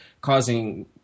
causing